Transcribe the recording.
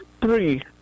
Three